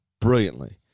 brilliantly